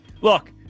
look